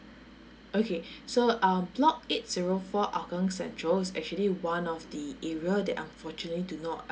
okay so um block eight zero four hougang central is actually one of the area that unfortunate to do not